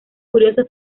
curiosa